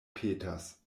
petas